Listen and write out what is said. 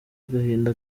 agahinda